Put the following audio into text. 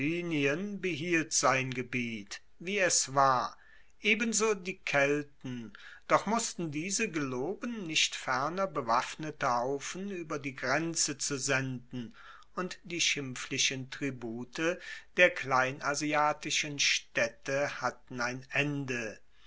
behielt sein gebiet wie es war ebenso die kelten doch mussten diese geloben nicht ferner bewaffnete haufen ueber die grenze zu senden und die schimpflichen tribute der kleinasiatischen staedte hatten ein ende